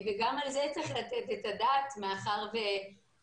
וגם על זה צריך לתת את הדעת מאחר ותקציב